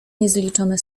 niezliczone